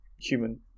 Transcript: Human